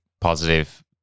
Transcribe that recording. positive